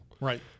Right